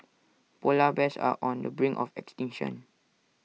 Polar Bears are on the brink of extinction